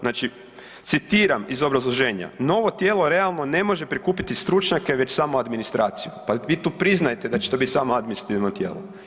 Znači, citiram iz obrazloženja „novo tijelo realno ne može prikupiti stručnjake već samo administraciju“, pa vi tu priznajete da će to biti samo administrativno tijelo.